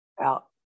out